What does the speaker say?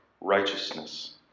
righteousness